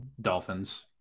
Dolphins